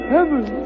Heaven